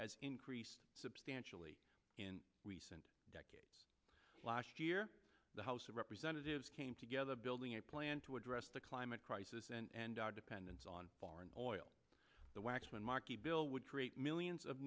has increased substantially in recent decades last year the house of representatives came together building a plan to address the climate crisis and our dependence on foreign oil the waxman marky bill would create millions of